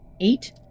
Eight